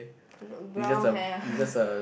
not brown hair ah